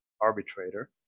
arbitrator